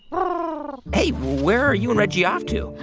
um ah hey, where are you and reggie off to?